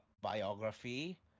biography